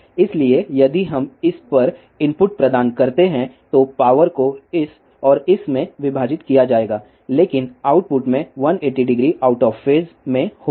इसलिए यदि हम इस पर इनपुट प्रदान करते हैं तो पावर को इस और इस में विभाजित किया जाएगा लेकिन आउटपुट में 1800 आउट ऑफ फेज में होगा